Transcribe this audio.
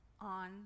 on